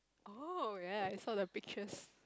oh ya I saw the pictures